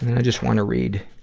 and i just wanna read,